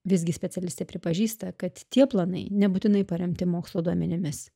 visgi specialistė pripažįsta kad tie planai nebūtinai paremti mokslo duomenimis